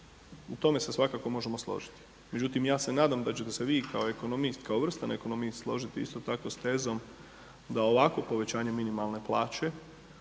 u tome se svakako možemo složiti. Međutim ja se nadam da ćete se vi kao ekonomist, kao vrstan ekonomist složiti isto tako s tezom da ovako povećanje minimalne plaće